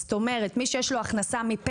זאת אומרת שמי שיש לו הכנסה שעולה על 2500 שקלים,